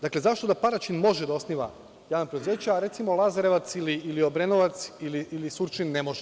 Dakle, zašto da Paraćin može da osniva javna preduzeća, a recimo Lazarevac ili Obrenovac ili Surčin ne može?